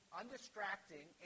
undistracting